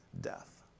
death